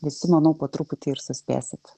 visi manau po truputį ir suspėsit